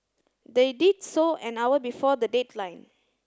they did so an hour before the deadline